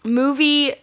movie